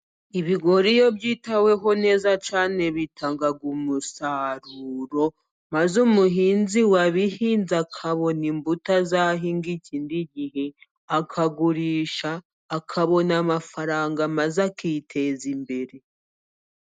Ibigori iyo byitaweho neza cyane bitanga umusaruro maze umuhinzi wa bihinze akabona imbuto azahinga ikindi gihe, akagurisha akabona amafaranga maze akiteza imbere.